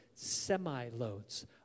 Semi-loads